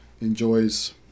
enjoys